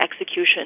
execution